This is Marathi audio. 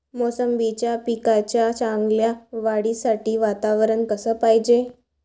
मोसंबीच्या पिकाच्या चांगल्या वाढीसाठी वातावरन कस पायजे?